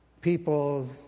people